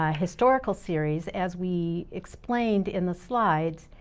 ah historical series, as we explained in the slide,